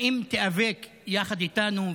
האם תיאבק יחד איתנו,